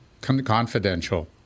confidential